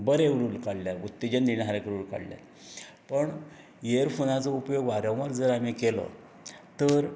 बरे रूल काडल्या उत्तेजन देणारे रूल काडल्या पूण इयरफोनाचो उपयोग वारंवार जर आमी केलो